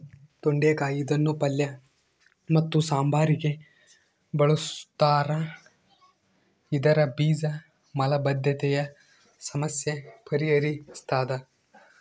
ತೊಂಡೆಕಾಯಿ ಇದನ್ನು ಪಲ್ಯ ಮತ್ತು ಸಾಂಬಾರಿಗೆ ಬಳುಸ್ತಾರ ಇದರ ಬೀಜ ಮಲಬದ್ಧತೆಯ ಸಮಸ್ಯೆ ಪರಿಹರಿಸ್ತಾದ